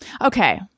Okay